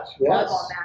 yes